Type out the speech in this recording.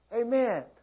Amen